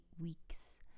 weeks